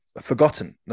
forgotten